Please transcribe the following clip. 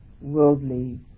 worldly